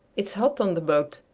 it's hot on the boat.